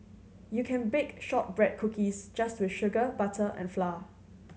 you can bake shortbread cookies just with sugar butter and flour